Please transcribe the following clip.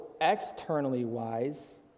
externally-wise